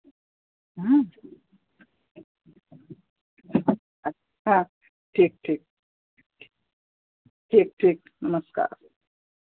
हाँ अच्छा ठीक ठीक ठीक ठीक नमस्कार